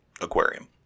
aquarium